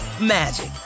magic